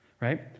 right